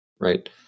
right